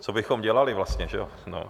Co bychom dělali vlastně, že ano?